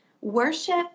worship